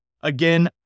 Again